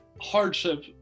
hardship